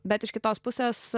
bet iš kitos pusės